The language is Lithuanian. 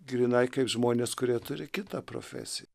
grynai kaip žmonės kurie turi kitą profesiją